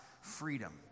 freedom